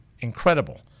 Incredible